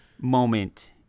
moment